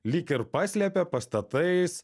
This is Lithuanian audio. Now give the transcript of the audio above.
lyg ir paslepia pastatais